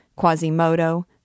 Quasimodo